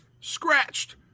scratched